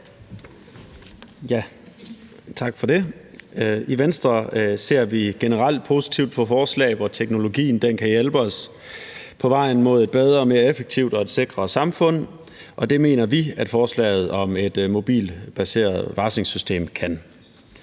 I Venstre ser vi generelt positivt på forslag, hvor teknologien kan hjælpe os på vejen mod et bedre, mere effektivt og sikrere samfund, og det mener vi at forslaget om et mobilbaseret varslingssystem kan.